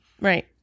Right